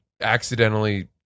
accidentally